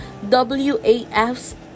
WAFs